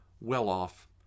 well-off